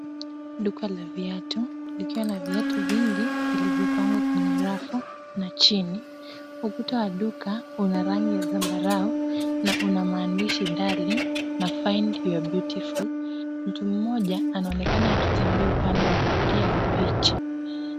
Duka la viatu likiwa na viatu vingi vilivyopangwa kwenye rafu na chini. Ukuta wa duka una rangi ya zambarau na una maandishi Darling na find your beautiful . Mtu mmoja anaonekana akitembea upande wa kulia wa picha.